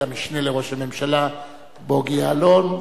את המשנה לראש הממשלה בוגי יעלון,